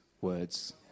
words